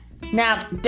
Now